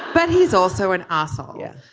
but he's also an asshole. yeah.